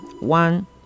one